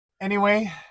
Anyway-